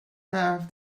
have